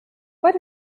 but